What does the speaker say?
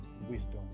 wisdom